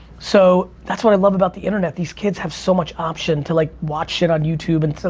so that's what i love about the internet these kids have so much option to like watch shit on youtube and so